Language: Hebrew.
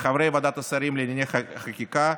ולחברי ועדת השרים לענייני חקיקה,